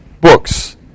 books